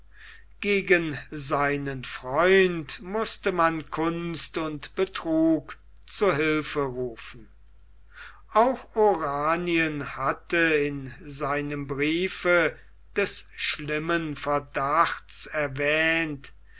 gegen seinen freund mußte man kunst und betrug zu hilfe rufen auch oranien hatte in seinem briefe des schlimmen verdachts erwähnt